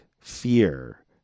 fear